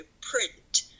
print